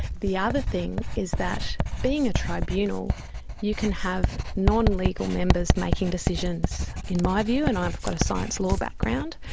the other thing is that being a tribunal you can have nonlegal members making decisions. in my view, and i've got a science law background,